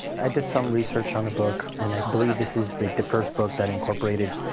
i did some research on the book. and i believe this is the the first book that incorporated,